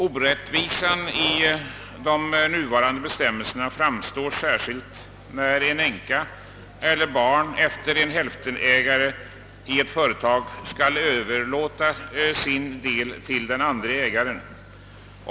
Orättvisan i de nuvarande bestämmelserna framstår särskilt tydlig när änka eller barn efter en hälftenägare i ett företag skall överlåta sin andel till den andre ägaren.